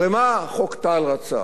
הרי מה חוק טל רצה?